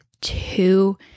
two